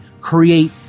create